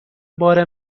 بار